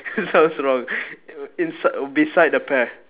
sounds wrong inside beside the pear